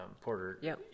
Porter